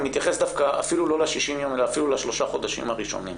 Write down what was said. אני מתייחס אפילו לא ל-60 ימים אלא לשלושת החודשים הראשונים.